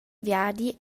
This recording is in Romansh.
viadi